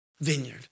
vineyard